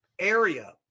area